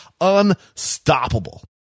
unstoppable